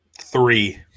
Three